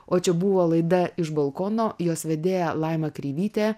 o čia buvo laida iš balkono jos vedėja laima kreivytė